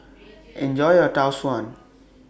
Enjoy your Tau Suan